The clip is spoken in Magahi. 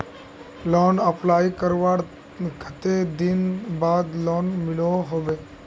लोन अप्लाई करवार कते दिन बाद लोन मिलोहो होबे?